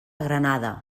granada